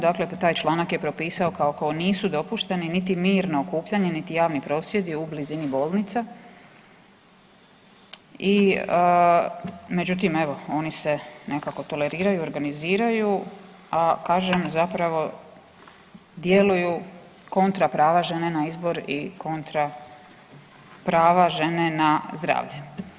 Dakle, taj članak je propisao kao nisu dopušteni niti mirno okupljanje, niti javni prosvjedi u blizini bolnica i međutim evo oni se nekako toleriraju i organiziraju, a kažem zapravo djeluju kontra prava žene na izbor i kontra prava žene na zdravlje.